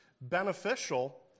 beneficial